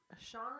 Sean